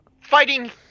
fighting